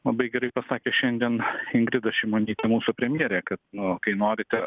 labai gerai pasakė šiandien ingrida šimonytė mūsų premjerė kad kai norite